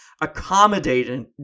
accommodating